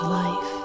life